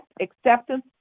acceptance